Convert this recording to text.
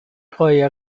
قایق